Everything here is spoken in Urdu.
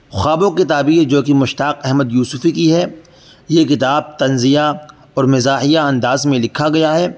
خوابوں کی تعبیر جو کہ مشتاق احمد یوسفی کی ہے یہ کتاب طنزیہ اور مزاحیہ انداز میں لکھا گیا ہے